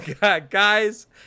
guys